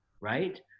Right